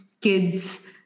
kids